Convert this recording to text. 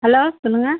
hello சொல்லுங்க